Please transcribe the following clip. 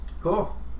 Cool